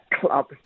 club